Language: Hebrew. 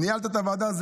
ניהלת את הוועדה,